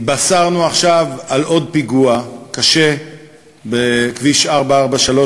התבשרנו עכשיו על עוד פיגוע קשה בכביש 443,